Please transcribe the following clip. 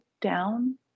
down